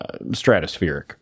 stratospheric